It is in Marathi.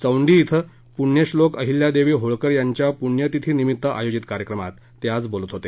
चौंडी इथं पुण्यश्नोक अहिल्यादेवी होळकर यांच्या पुण्यतिथीनिमित्त आयोजित कार्यक्रमात ते बोलत होते